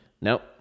Nope